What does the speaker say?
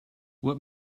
what